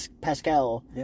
Pascal